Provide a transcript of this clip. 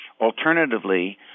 Alternatively